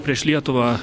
prieš lietuvą